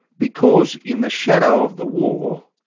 because in the shadow of the war,